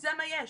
וזה מה יש.